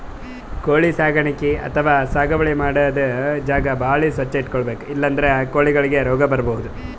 ಕೋಳಿ ಸಾಕಾಣಿಕೆ ಅಥವಾ ಸಾಗುವಳಿ ಮಾಡದ್ದ್ ಜಾಗ ಭಾಳ್ ಸ್ವಚ್ಚ್ ಇಟ್ಕೊಬೇಕ್ ಇಲ್ಲಂದ್ರ ಕೋಳಿಗೊಳಿಗ್ ರೋಗ್ ಬರ್ಬಹುದ್